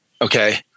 Okay